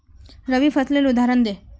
रवि फसलेर उदहारण दे?